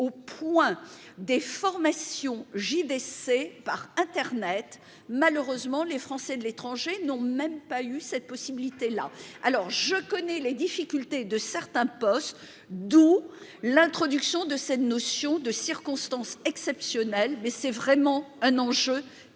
Au point des formations. JBC par Internet. Malheureusement les Français de l'étranger n'ont même pas eu cette possibilité là alors je connais les difficultés de certains postes. D'où l'introduction de cette notion de circonstances exceptionnelles, mais c'est vraiment un enjeu